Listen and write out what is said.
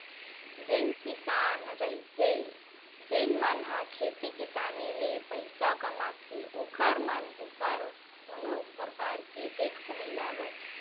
जेन किसान रहिथे जेन मन ह खेती किसानी ले पइसा कमाथे ओखर मन ऊपर कोनो परकार के टेक्स नई लगय